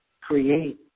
create